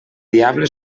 diable